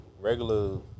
regular